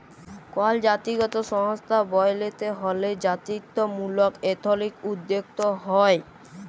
call জাতিগত সংস্থা ব্যইলতে হ্যলে জাতিত্ত্বমূলক এথলিক উদ্যোক্তা হ্যয়